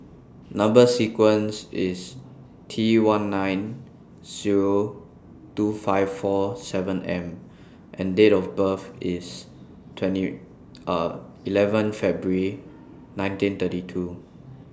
Number sequence IS T one nine Zero two five four seven M and Date of birth IS twenty eleven February nineteen thirty two